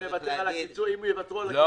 אבל אם יוותרו על הקיצוץ הרוחבי --- לא,